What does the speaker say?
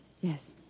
Yes